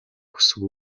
хүсэв